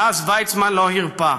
מאז ויצמן לא הרפה.